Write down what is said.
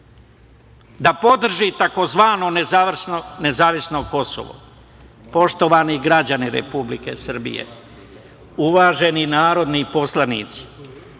da podrži tzv. nezavisno Kosovo. Poštovani građani Republike Srbije, uvaženi narodni poslanici,